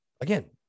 again